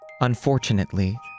Unfortunately